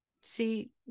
see